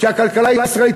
כי הכלכלה הישראלית,